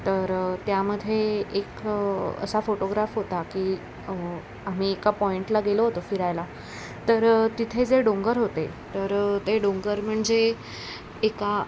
तर त्यामध्ये एक असा फोटोग्राफ होता की आम्ही एका पॉईंटला गेलो होतो फिरायला तर तिथे जे डोंगर होते तर ते डोंगर म्हणजे एका